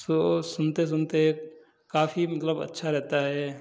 सो सुनते सुनते काफी मतलब अच्छा रहता है